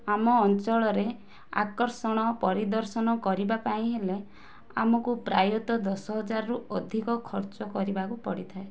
ଆମ ଅଞ୍ଚଳରେ ଆକର୍ଷଣ ପରିଦର୍ଶନ କରିବାପାଇଁ ହେଲେ ଆମକୁ ପ୍ରାୟତଃ ଦଶହଜାରରୁ ଅଧିକ ଖର୍ଚ୍ଚ କରିବାକୁ ପଡ଼ିଥାଏ